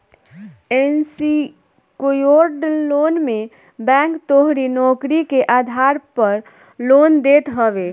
unsecured loan मे bank तोहरी नोकरी के आधार पअ लोन देत हवे